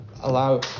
allow